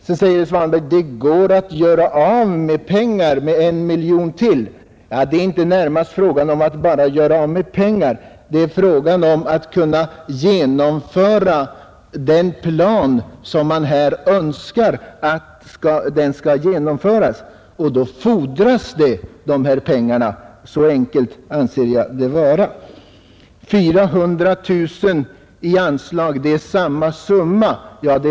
Sedan säger herr Svanberg: Det går att göra av med pengar, med 1 miljon till. Det är inte närmast fråga om bara att göra av med pengar, det är fråga om att kunna genomföra den plan som vi önskar skall genomföras. Då fordras dessa pengar — så enkelt anser jag det vara. 400 000 kronor i anslag, det är samma summa som föregående år, sades det.